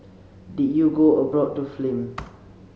did you go abroad to film